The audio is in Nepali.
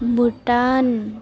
भुटान